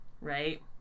right